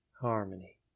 Harmony